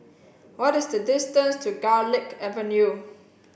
what is the distance to Garlick Avenue